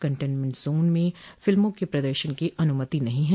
containment zone में फिल्मों के प्रदर्शन की अनुमति नहीं है